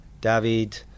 david